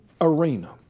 arena